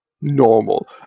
normal